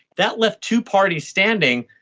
that left two parties standing.